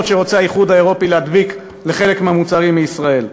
שהאיחוד האירופי רוצה להדביק לחלק מהמוצרים מישראל,